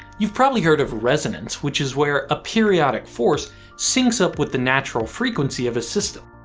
you've probably heard of resonance which is where a periodic force syncs up with the natural frequency of a system.